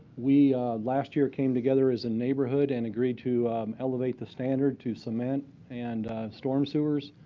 we last year, came together as a neighborhood and agreed to elevate the standard to cement and storm sewers.